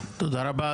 תודה רבה.